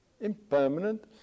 Impermanent